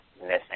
missing